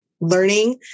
learning